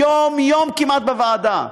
כמעט יום-יום בוועדה: